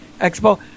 Expo